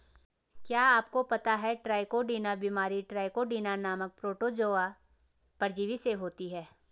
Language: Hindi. क्या आपको पता है ट्राइकोडीना बीमारी ट्राइकोडीना नामक प्रोटोजोआ परजीवी से होती है?